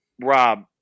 Rob